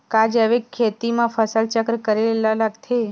का जैविक खेती म फसल चक्र करे ल लगथे?